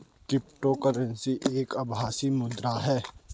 crypto currency एक आभासी मुद्रा है